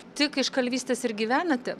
tik iš kalvystės ir gyvenate